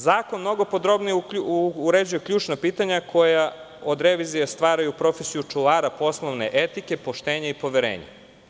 Zakon mnogo podrobnije uređuje ključna pitanja koja od revizije stvaraju profesiju čuvara poslovne etike, poštenja i poverenja.